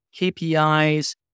KPIs